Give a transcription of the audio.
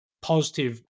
positive